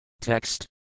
Text